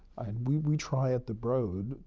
and we we try, at the broad,